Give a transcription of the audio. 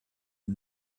you